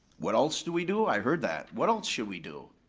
what else do we do, i heard that, what else should we do?